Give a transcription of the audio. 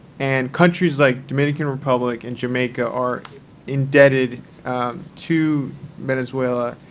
and countries like dominican republic and jamaica are indebted to venezuela